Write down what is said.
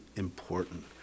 important